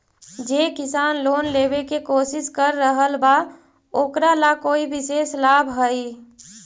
जे किसान लोन लेवे के कोशिश कर रहल बा ओकरा ला कोई विशेष लाभ हई?